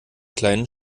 kleinen